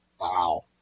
Wow